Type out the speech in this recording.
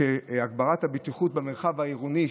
הגברת הבטיחות במרחב העירוני,